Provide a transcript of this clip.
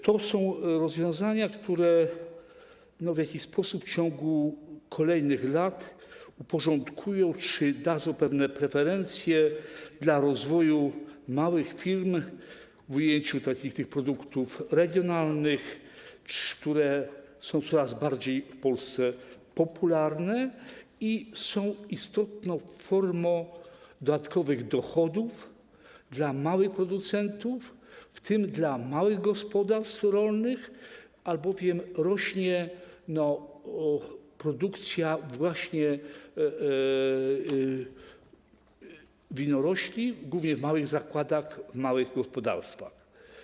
To są rozwiązania, które w jakiś sposób w ciągu kolejnych lat uporządkują to czy dadzą pewne preferencje dla rozwoju małych firm w zakresie produktów regionalnych, które są w Polsce coraz bardziej popularne i są istotną formą dodatkowych dochodów dla małych producentów, w tym dla małych gospodarstw rolnych, albowiem rośnie produkcja winorośli, głównie w małych zakładach, w małych gospodarstwach.